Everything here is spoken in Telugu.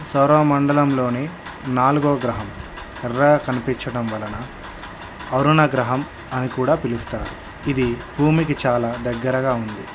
సౌరమండలంలోని నాలుగవ గ్రహం ఎర్రగా కనిపించడం వలన అరుణ గ్రహం అని కూడా పిలుస్తారు ఇది భూమికి చాలా దగ్గరగా ఉంది